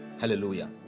hallelujah